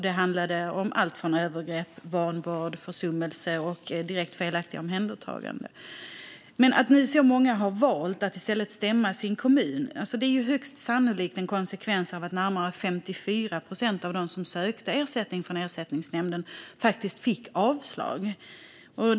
Det handlade om allt från övergrepp, vanvård och försummelse till direkt felaktiga omhändertaganden. Att så många nu har valt att i stället stämma sin kommun är högst sannolikt en konsekvens av att närmare 54 procent av dem som sökte ersättning från Ersättningsnämnden fick avslag.